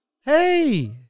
Hey